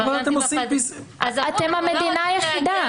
אתם המדינה היחידה.